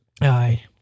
Aye